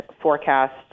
forecast